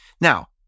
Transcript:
Now